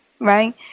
right